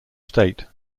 state